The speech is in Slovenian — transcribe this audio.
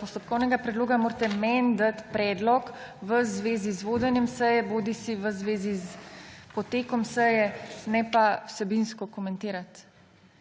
postopkovnega predloga morate meni dati predlog v zvezi z vodenjem seje bodisi v zvezi s potekom seje, ne pa vsebinsko komentirati.